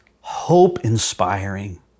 hope-inspiring